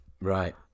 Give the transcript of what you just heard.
right